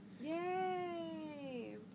Yay